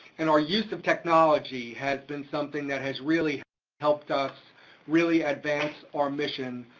and our use of technology has been something that has really helped us really advance our mission,